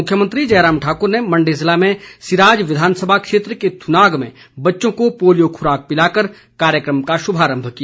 मुख्यमंत्री जयराम ठाक्र ने मण्डी जिले में सराज विधानसभा क्षेत्र के थुनाग में बच्चों को पोलियो खुराक पिलाकर कार्यक्रम का शुभारम्भ किया